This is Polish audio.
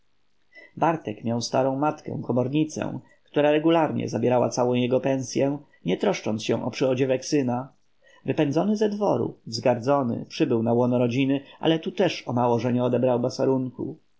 bartek miał starą matkę komornicę która regularnie zabierała całą jego pensyę nie troszcząc się o przyodziewek syna wypędzony ze dworu wzgardzony przybył na łono rodziny ale tu też o mało że nie odebrał basarunku wychowałam